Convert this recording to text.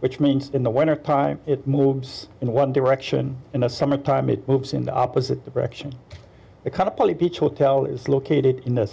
which means in the winter time it moves in one direction in the summertime it moves in the opposite direction a kind of poly beach hotel is located in the